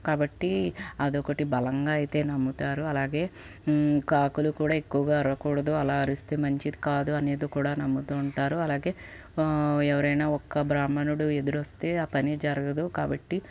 కాబట్టి అదొకటి బలంగా అయితే నమ్ముతారు అలాగే కాకులు కూడా ఎక్కువుగా అరవకూడదు అలా అరిస్తే మంచిది కాదు అనేది కూడా నమ్ముతు ఉంటారు అలాగే ఎవరైనా ఒక బ్రాహ్మణుడు ఎదురు వస్తే ఆ పని జరగదు కాబట్టి